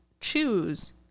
choose